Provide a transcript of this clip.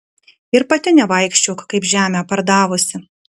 ir pati nevaikščiok kaip žemę pardavusi